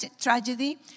tragedy